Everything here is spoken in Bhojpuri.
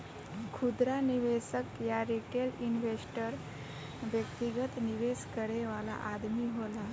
खुदरा निवेशक या रिटेल इन्वेस्टर व्यक्तिगत निवेश करे वाला आदमी होला